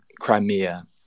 Crimea